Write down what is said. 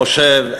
חושב,